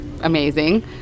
amazing